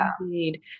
indeed